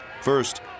First